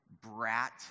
brat